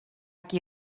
qui